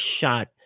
shot